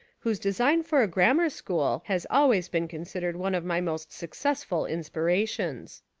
whose design for a grammar school has always been considered one of my most successful in spirations.